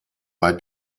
bei